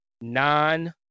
non